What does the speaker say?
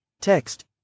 Text